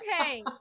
okay